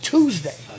Tuesday